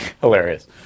Hilarious